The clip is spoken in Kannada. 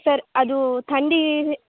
ಸರ್ ಅದೂ ಥಂಡೀ